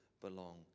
belong